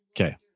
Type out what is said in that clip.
Okay